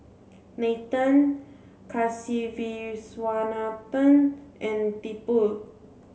Nathan Kasiviswanathan and Tipu